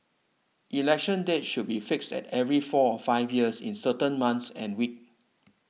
election dates should be fixed at every four five years in a certain month and week